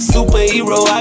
Superhero